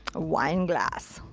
wineglass.